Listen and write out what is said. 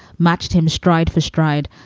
matched him stride for stride.